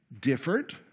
different